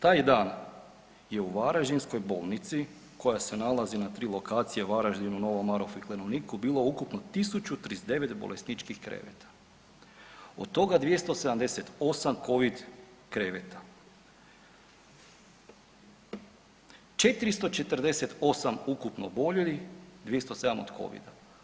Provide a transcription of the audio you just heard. Taj dan je u varaždinskoj bolnici, koja se nalazi na 3 lokacije Varaždinu, Novom Marofu i Klenovniku bilo ukupno 1039 bolesničkih kreveta, od toga 278 Covid kreveta, 448 ukupno oboljelih, 207 od Covida.